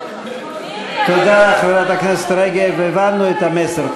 הנאומים, תודה, חברת הכנסת רגב, הבנו את המסר.